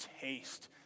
taste